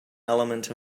element